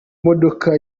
modoka